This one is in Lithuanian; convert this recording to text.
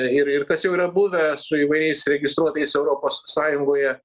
ir ir kas jau yra buvę su įvairiais registruotais europos sąjungoje